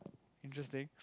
interesting